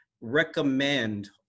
recommend